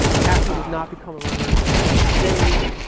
cassie does not become a murderous, cassie is saved.